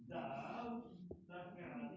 खेतो के तय समयो लेली भाड़ा पे देलो जाय छै